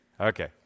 Okay